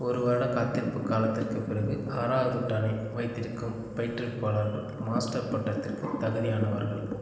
ஒரு வருட காத்திருப்பு காலத்திற்குப் பிறகு ஆறாவது டானை வைத்திருக்கும் பயிற்றுவிப்பாளர்கள் மாஸ்டர் பட்டத்திற்கு தகுதியானவர்கள்